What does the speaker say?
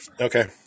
Okay